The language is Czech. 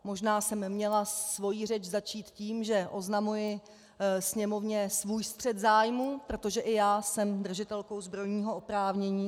Možná jsem měla svoji řeč začít tím, že oznamuji Sněmovně svůj střet zájmů, protože i já jsem držitelkou zbrojního oprávnění.